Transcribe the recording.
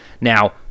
Now